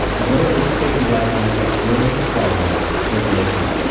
what are the safety guidelines that you're following when you're making it?